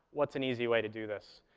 what's an easy way to do this?